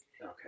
Okay